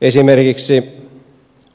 esimerkiksi